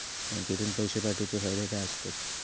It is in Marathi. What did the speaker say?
बँकेतून पैशे पाठवूचे फायदे काय असतत?